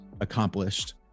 accomplished